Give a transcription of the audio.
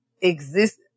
exist